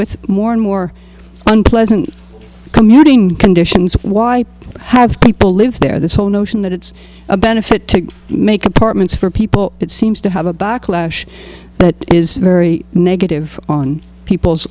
with more and more unpleasant commuting conditions why have people lived there this whole notion that it's a benefit to make apartments for people it seems to have a backlash that is very negative on people's